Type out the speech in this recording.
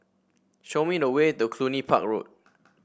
show me the way to Cluny Park Road